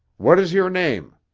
what is your name?